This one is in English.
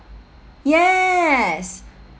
yes